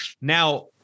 Now